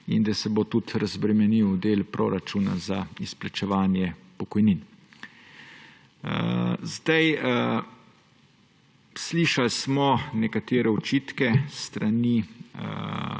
in da se bo tudi razbremenil del proračuna za izplačevanje pokojnin. Slišali smo nekatere očitke s strani